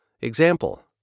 Example